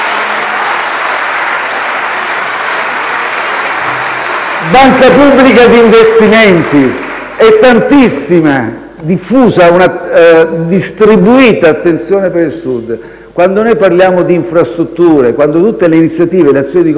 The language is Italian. Banca pubblica di investimenti e tantissima, diffusa, distribuita attenzione per il Sud. Quando parliamo di infrastrutture, in tutte le iniziative e in tutte le azioni di Governo,